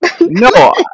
No